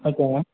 okay ma'am